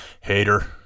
hater